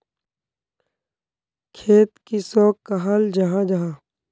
खेत किसोक कहाल जाहा जाहा?